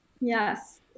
Yes